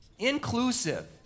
Inclusive